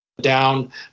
down